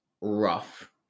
rough